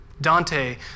Dante